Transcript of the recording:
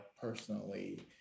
personally